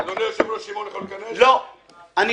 אדוני היושב-ראש, שמעון יכול להיכנס?